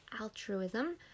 altruism